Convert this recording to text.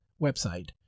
website